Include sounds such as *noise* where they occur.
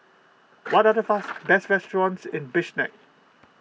*noise* what are the fast best restaurants in Bishkek